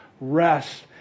rest